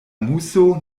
muso